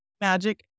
magic